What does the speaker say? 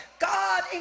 God